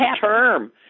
term